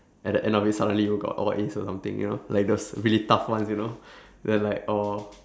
at the end of it suddenly you got all As or something you know like those really tough ones you know then like or